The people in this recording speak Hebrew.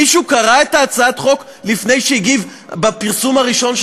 מישהו קרא את הצעת החוק לפני שהגיב על הפרסום הראשון,